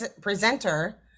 presenter